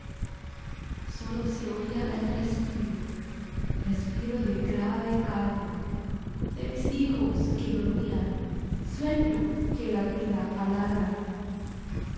sólo se oía el respiro respiro de grave calma de mis hijos que dormían sueño que la vida alarga